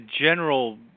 general